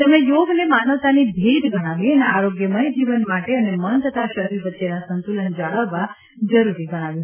તેમણે યોગને માનવતાની ભેટ ગણાવી અને આરોગ્યમય જીવન માટે અને મન તથા શરીર વચ્ચેના સંતુલન જાળવવા જરૂરી ગણાવ્યું